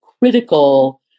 critical